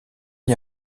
n’y